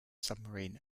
submarine